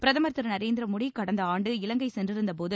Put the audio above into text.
பிரதமர் திரு நரேந்திர மோடி கடந்த ஆண்டு இவங்கை சென்றிருந்தபோது